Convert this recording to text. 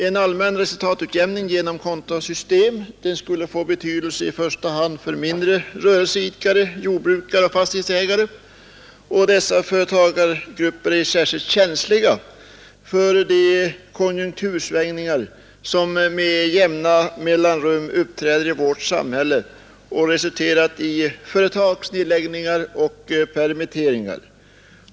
En allmän resultatutjämning genom kontosystem skulle få betydelse i första hand för mindre rörelseidkare, jordbrukare och fastighetsägare, och dessa företagargrupper är särskilt känsliga för de konjunktursvängningar som med jämna mellanrum uppträder i vårt samhälle och resulterar i företagsnedläggningar och permitteringar.